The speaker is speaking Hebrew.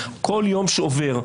כל יום שעובר,